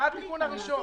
מה התיקון הראשון?